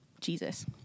Jesus